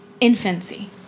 infancy